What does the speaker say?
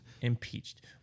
Impeached